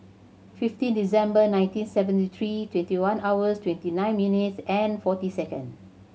fifteen December nineteen seventy three twenty one hours twenty nine minutes and forty second